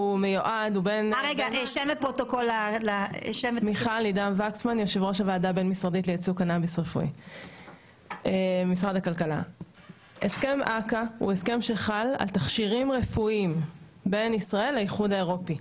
הוא הסכם שחל על תכשירים רפואיים בין ישראל לאיחוד האירופי.